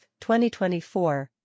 2024